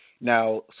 Now